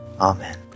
amen